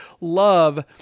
love